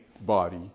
body